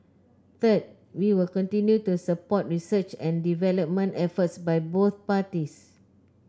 third we will continue to support research parties